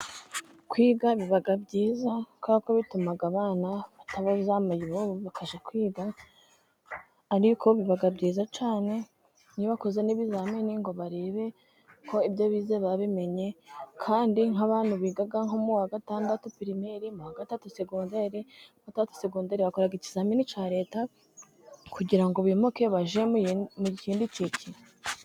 Kwiga biba byiza kuko bituma abana bataba baba mayibobo, bakajya kwiga ariko biba byiza cyane iyo bakoze ibizamini ngo barebe ko ibyo bize babimenye. Kandi nk'abantu biga nko mu gatandatu pirimeri, mu wa gatatu sekondere no mu wa gatandatu sekondere bakora ikizamini cya letabkugira ngo bimuke bakajya mu kindi cyiciro.